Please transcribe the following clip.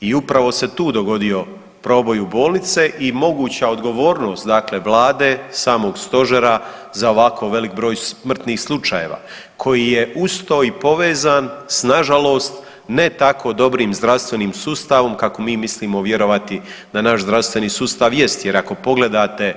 I upravo se tu dogodio proboj u bolnice i moguća odgovornost Vlade, samog stožera za ovako veliki broj smrtnih slučajeva koji je uz to i povezan s nažalost ne tako dobrim zdravstvenim sustavom kako mi mislimo vjerovati da naš zdravstveni sustav jer ako pogledate